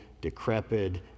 decrepit